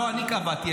לא אני קבעתי,